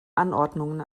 anordnungen